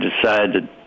decided